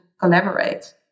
collaborate